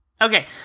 Okay